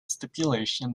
stipulation